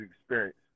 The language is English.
experience